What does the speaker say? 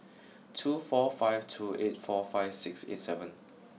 two four five two eight four five six eight seven